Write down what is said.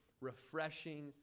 refreshing